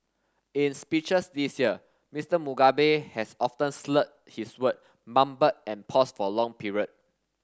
in speeches this year Mister Mugabe has often slurred his word mumbled and paused for long period